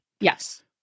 Yes